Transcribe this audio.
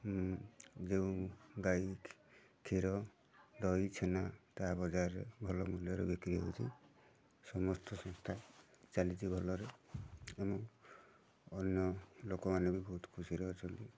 ଯେଉଁ ଗାଈ କ୍ଷୀର ଦହି ଛେନା ତା ବଜାରରେ ଭଲ ମୂଲ୍ୟରେ ବିକ୍ରି ହେଉଛି ସମସ୍ତ ସଂସ୍ଥା ଚାଲିଛି ଭଲରେ ଆମ ଅନ୍ୟ ଲୋକମାନେ ବି ବହୁତ ଖୁସିରେ ଅଛନ୍ତି